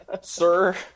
sir